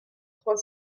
trois